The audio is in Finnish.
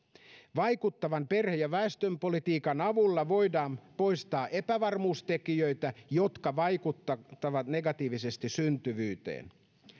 vaikuttavan perhe ja väestöpolitiikan avulla voidaan poistaa epävarmuustekijöitä jotka vaikuttavat negatiivisesti syntyvyyteen